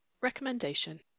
Recommendation